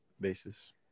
basis